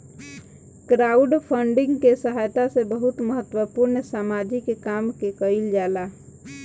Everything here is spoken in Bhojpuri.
क्राउडफंडिंग के सहायता से बहुत महत्वपूर्ण सामाजिक काम के कईल जाला